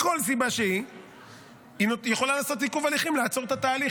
היא יכולה לעשות עיכוב הליכים ולעצור את התהליך,